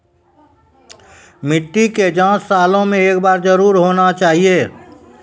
मिट्टी के जाँच सालों मे एक बार जरूर होना चाहियो?